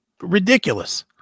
Ridiculous